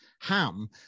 Ham